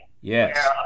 yes